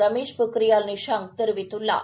ரமேஷ் பொக்ரியால் நிஷாங்க் தெரிவித்துள்ளார்